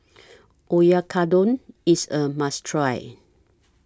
Oyakodon IS A must Try